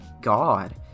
God